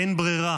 אין ברירה